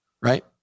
right